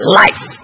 life